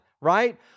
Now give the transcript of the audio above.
Right